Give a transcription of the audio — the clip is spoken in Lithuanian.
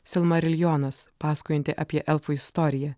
silmariljonas pasakojanti apie elfų istoriją